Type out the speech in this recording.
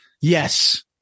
Yes